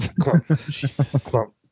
clump